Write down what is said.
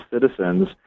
citizens